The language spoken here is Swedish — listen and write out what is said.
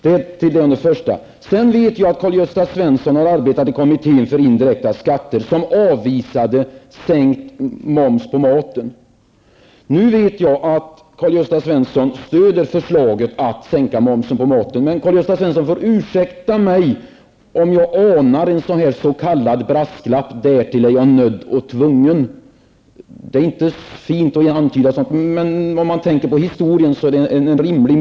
Vidare vet jag att Karl-Gösta Svenson har arbetat i kommittén för indirekta skatter, vilken avvisat förslag om sänkt matmoms. Jag vet också att Karl Gösta Svenson stöder framlagda förslag om en sänkning av matmomsen. Han må ursäkta mig, men jag måste säga att jag här anar en s.k. brasklapp: Härtill är jag nödd och tvungen. Jag vet att det inte är fint att antyda någonting sådant. Med tanke på historien är den misstanken dock rimlig.